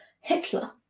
Hitler